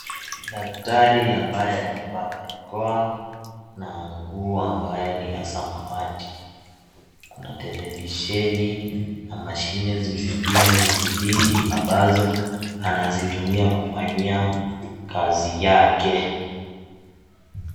Daktari ambaye amevaa barakoa na nguo ambayo ni ya samawati, kuna televisheni na mashine zingine mingi mingi ambazo anazitumia kufanya kazi yake.